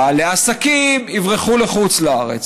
בעלי העסקים, יברחו לחוץ-לארץ.